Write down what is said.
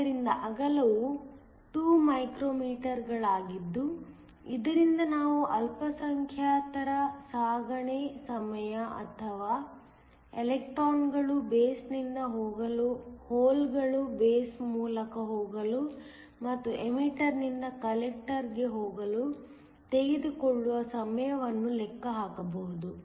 ಆದ್ದರಿಂದ ಅಗಲವು 2 ಮೈಕ್ರೊಮೀಟರ್ಗಳಾಗಿದ್ದು ಇದರಿಂದ ನಾವು ಅಲ್ಪಸಂಖ್ಯಾತರ ಸಾಗಣೆ ಸಮಯ ಅಥವಾ ಎಲೆಕ್ಟ್ರಾನ್ಗಳು ಬೇಸ್ನಿಂದ ಹೋಗಲು ಹೋಲ್ಗಳು ಬೇಸ್ ಮೂಲಕ ಹೋಗಲು ಮತ್ತು ಎಮಿಟರ್ ನಿಂದ ಕಲೆಕ್ಟರ್ ಗೆ ಹೋಗಲು ತೆಗೆದುಕೊಳ್ಳುವ ಸಮಯವನ್ನು ಲೆಕ್ಕ ಹಾಕಬಹುದು